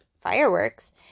fireworks